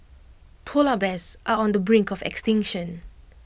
Polar Bears are on the brink of extinction